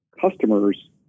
customers